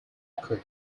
occurs